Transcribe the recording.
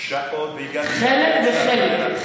שעות והגעתי, חלק וחלק.